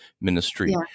ministry